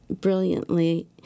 brilliantly